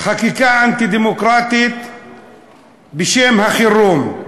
חקיקה אנטי-דמוקרטית בשם החירום,